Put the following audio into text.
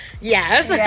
Yes